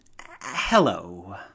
Hello